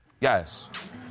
Yes